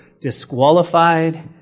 disqualified